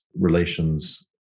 relations